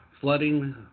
flooding